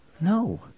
no